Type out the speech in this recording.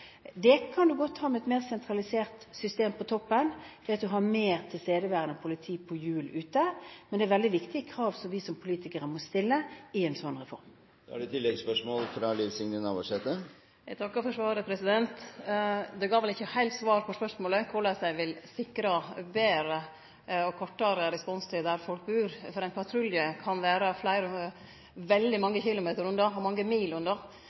Det kan en godt ha med et mer sentralisert system på toppen, ved at en har mer tilstedeværende politi på hjul ute, men det er veldig viktige krav som vi som politikere må stille i en sånn reform. Eg takkar for svaret. Det gav vel ikkje heilt svar på spørsmålet om korleis ein vil sikre betre og kortare responstid der folk bur, for ein patrulje kan vere veldig mange kilometer eller mange mil